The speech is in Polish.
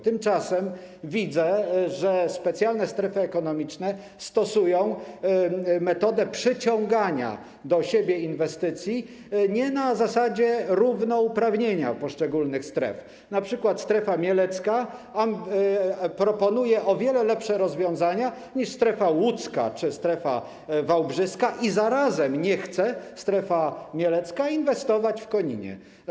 Tymczasem widzę, że specjalne strefy ekonomiczne stosują metodę przyciągania do siebie inwestycji nie na zasadzie równouprawnienia poszczególnych stref, np. strefa mielecka proponuje o wiele lepsze rozwiązania niż strefa łódzka czy strefa wałbrzyska i zarazem strefa mielecka nie chce inwestować w Koninie.